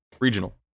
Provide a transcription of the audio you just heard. Regional